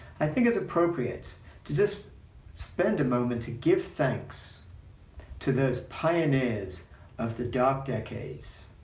i think it's appropriate to just spend a moment to give thanks to those pioneers of the dark decades,